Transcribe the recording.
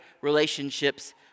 relationships